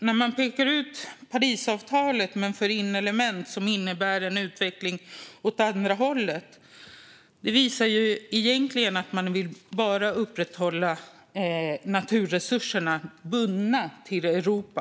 När man pekar ut Parisavtalet men för in element som innebär en utveckling åt andra hållet visar det egentligen bara att man vill upprätthålla att naturresurserna är bundna till Europa.